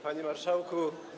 Panie Marszałku!